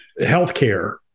healthcare